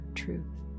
truth